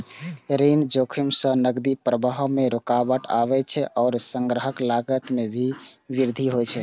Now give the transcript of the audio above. ऋण जोखिम सं नकदी प्रवाह मे रुकावट आबै छै आ संग्रहक लागत मे वृद्धि होइ छै